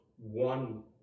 one